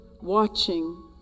watching